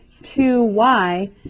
2y